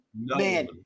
man